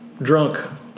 drunk